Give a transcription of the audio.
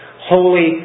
holy